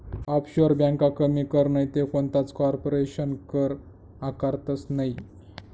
offshore ब्यांका कमी कर नैते कोणताच कारपोरेशन कर आकारतंस नयी